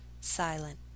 silent